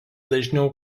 dažniau